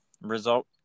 result